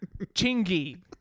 Chingy